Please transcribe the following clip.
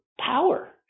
power